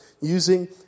using